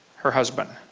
her husband